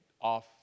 off